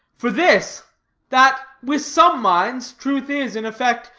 for this that, with some minds, truth is, in effect,